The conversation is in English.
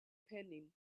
pending